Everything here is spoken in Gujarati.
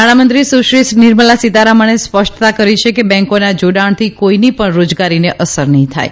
નાણાંમંત્રી સુશ્રી નિર્મલા સીતારમણે સ્પષ્ટતા કરી છે કે બેંકોના જાડાણથી કોઈની પણ રોજગારીને અસર નહી થાય